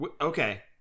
Okay